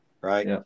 Right